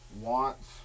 wants